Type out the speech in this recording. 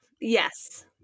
yes